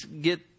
get